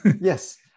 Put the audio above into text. Yes